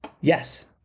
Yes